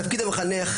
תפקיד המחנך,